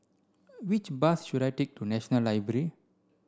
which bus should I take to National Library